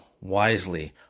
wisely